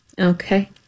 Okay